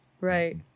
Right